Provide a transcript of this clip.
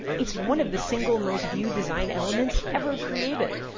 it's one of the single most viewed design elements ever created.